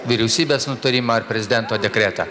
vyriausybės nutarimą ar prezidento dekretą